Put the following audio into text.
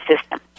system